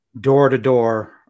door-to-door